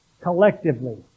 Collectively